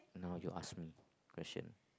now you ask me question